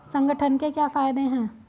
संगठन के क्या फायदें हैं?